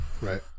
right